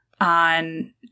on